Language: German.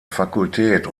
fakultät